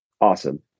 Awesome